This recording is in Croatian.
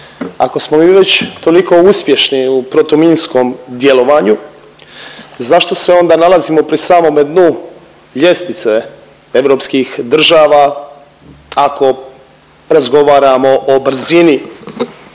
Ako smo mi već toliko uspješni u protuminskom djelovanju, zašto se onda nalazimo pri samome dnu ljestvice europskih država, ako razgovaramo o brzini